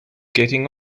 getting